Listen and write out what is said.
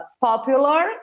popular